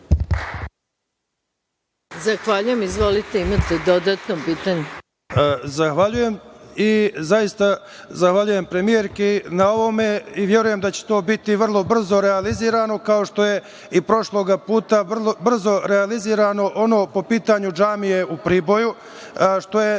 Zahvaljujem. Izvolite, imate dodatno pitanje. **Jahja Fehratović** Zahvaljujem i zaista zahvaljujem premijerki na ovome i verujem da će to biti vrlo brzo realizirano, kao što je i prošlog puta vrlo brzo realizirano ono po pitanju džamije u Priboju, što je